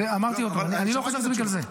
זה, אמרתי, אני לא חושב שזה בגלל זה.